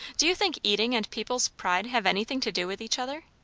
do you think eating and people's pride have anything to do with each other?